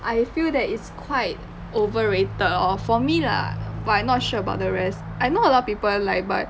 I feel that it's quite overrated lor for me lah but I not sure about the rest I know a lot of people like but